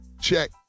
check